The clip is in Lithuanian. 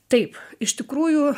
taip iš tikrųjų